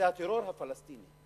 הטרור הפלסטיני.